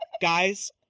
guys